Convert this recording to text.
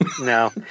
No